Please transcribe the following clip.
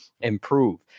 improve